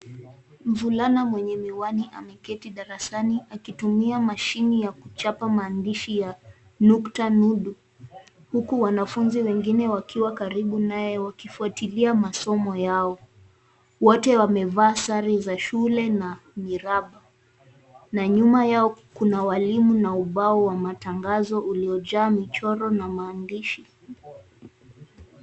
Mvulana mwenye miwani ameketi darasani akitumia mashini ya kuchapa maandishi ya nukta nudu ,huku wanafunzi wengine wakiwa karibu naye wakifwatilia masomo yao. Wote wamevaa sare za shule na miraba na nyuma yao kuna walimu na ubao wa matangazo iliyojaa michoro na maandishi.